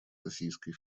российской